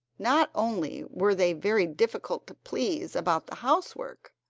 not only were they very difficult to please about the housework,